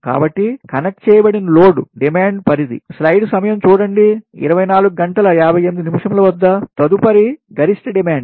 కాబట్టి కనెక్ట్ చేయబడిన load demand పరిధి తదుపరి గరిష్ట డిమాండ్